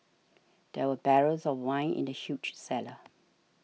there were barrels of wine in the huge cellar